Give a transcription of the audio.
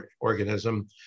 organism